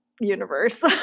Universe